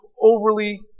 overly